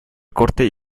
corte